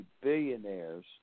billionaires